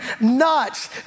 nuts